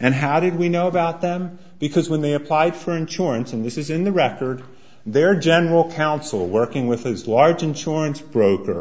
and how did we know about them because when they applied for insurance and this is in the record their general counsel working with those large insurance broker